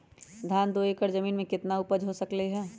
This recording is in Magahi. धान दो एकर जमीन में कितना उपज हो सकलेय ह?